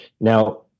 Now